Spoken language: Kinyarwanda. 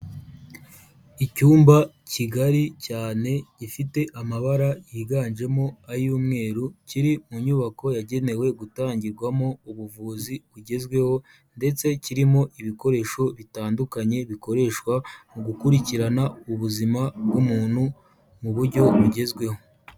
Icyumba kigari cyane gifite amabara yiganjemo ay'umweru, kiri mu nyubako yagenewe gutangirwamo ubuvuzi bugezweho ndetse kirimo ibikoresho bitandukanye bikoreshwa mu gukurikirana ubuzima bw'umuntu mu buryo bugezweho.